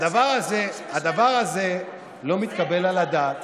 הדבר הזה לא מתקבל על הדעת.